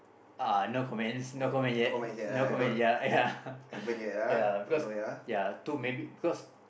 uh no comments no comments yet no comments ya ya ya cause ya too maybe cause